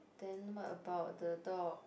then what about the dog